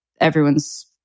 everyone's